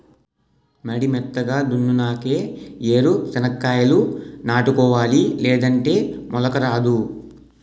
మడి మెత్తగా దున్నునాకే ఏరు సెనక్కాయాలు నాటుకోవాలి లేదంటే మొలక రాదు